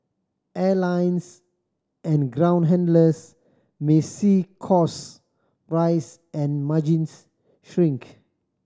airlines and ground handlers may see cost rise and margins shrink